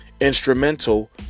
instrumental